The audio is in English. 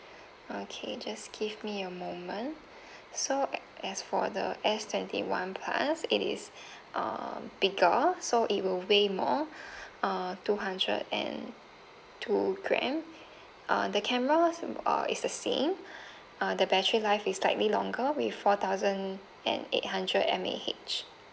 okay just give me a moment so as for the S twenty one plus it is uh bigger so it will weigh more uh two hundred and two gram uh the camera uh is the same uh the battery life is slightly longer with four thousand and eight hundred M_A_H